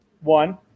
One